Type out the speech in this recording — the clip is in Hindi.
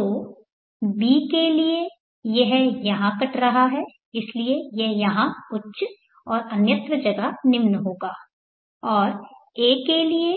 तो b के लिए यह यहाँ कट रहा है इसलिए यह यहाँ उच्च और अन्यत्र जगह निम्न होगा और a के लिए